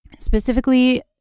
specifically